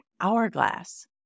hourglass